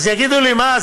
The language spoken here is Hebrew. אז יגידו לי: מה,